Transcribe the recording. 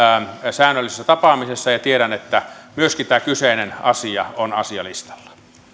säännöllisessä tapaamisessa ja tiedän että myöskin tämä kyseinen asia on asialistalla